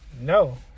No